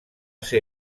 ser